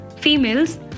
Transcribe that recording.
Females